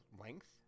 length